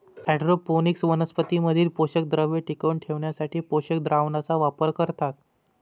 hydroponics वनस्पतीं मधील पोषकद्रव्ये टिकवून ठेवण्यासाठी पोषक द्रावणाचा वापर करतात